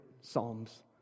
psalms